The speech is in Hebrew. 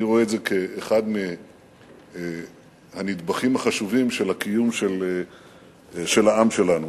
אני רואה את זה כאחד הנדבכים החשובים של הקיום של העם שלנו.